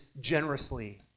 generously